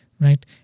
right